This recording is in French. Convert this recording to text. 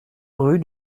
rue